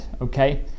okay